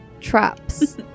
traps